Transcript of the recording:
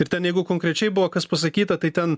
ir ten jeigu konkrečiai buvo kas pasakyta tai ten